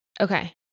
Okay